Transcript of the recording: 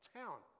town